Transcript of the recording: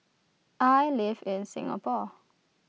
I live in Singapore